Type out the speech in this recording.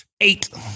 eight